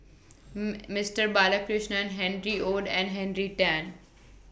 Mister Balakrishnan Harry ORD and Henry Tan